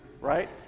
right